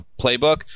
playbook